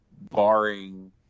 barring